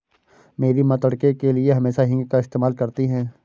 मेरी मां तड़के के लिए हमेशा हींग का इस्तेमाल करती हैं